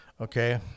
Okay